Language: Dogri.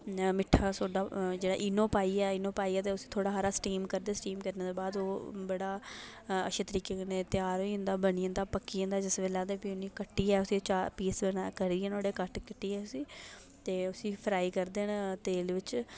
मिट्ठा सोड्डा ईनो पाईयै ते थोह्ड़ा सारा स्टीम करदे स्टीम करनें दे बाद अच्छे तरीके कन्नै त्यार होई जंदा पक्की जंदा जिस बेल्लै तां फ्ही कट्टियै उसी करियै कट्ट कट्टियै ते उसी फ्राई करदे न तेल बिच्च